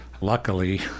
luckily